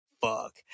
fuck